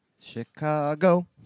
Chicago